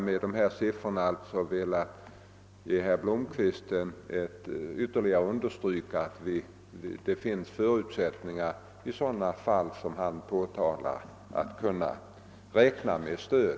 Med vad jag här anfört har jag velat understryka för herr Blomkvist att det i sådana fall som han har påtalat finns förutsättningar att kunna räkna med stöd.